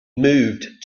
moved